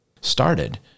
started